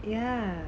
ya